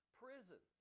prison